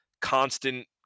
constant